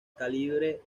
calibre